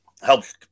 Helps